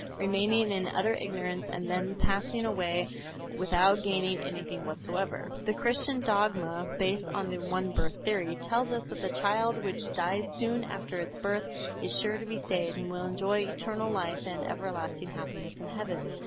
remaining in utter ignorance and then passing away without gaining anything so whatever. the christian dogma, based on the one-birth theory, tells us that the child which dies soon after its birth is sure to be saved and will enjoy eternal life and everlasting happiness in heaven.